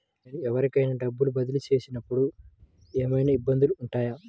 నేను ఎవరికైనా డబ్బులు బదిలీ చేస్తునపుడు ఏమయినా ఇబ్బందులు వుంటాయా?